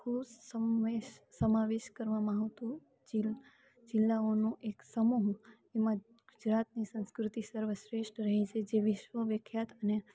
આખું સમાવેશ કરવામાં આવતો જેમાં જિલ્લાઓનો એક સમૂહ જેમાં ગુજરાતની સંસ્કૃતિ સર્વશ્રેઠ રહી છે જે વિશ્વવિખ્યાત અને